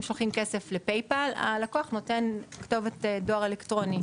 אם שולחים כסף ל"פייפאל" הלקוח נותן כתובת דואר אלקטרונית.